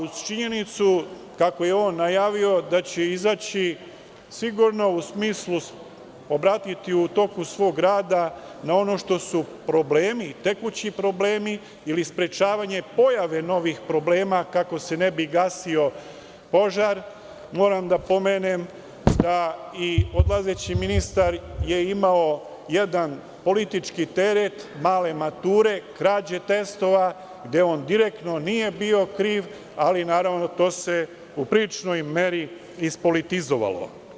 Uz činjenicu, kako je on najavio da će izaći, sigurno u smislu da će obratiti pažnju u toku svog rada na ono što su tekući problemi ili sprečavanje pojave novih problema, kako se ne bi gasio požar, moram da pomenem da je i odlazeći ministar imao jedan politički teret male mature, krađe testova, gde on direktno nije bio kriv, ali naravno to se u priličnoj meri ispolitizovalo.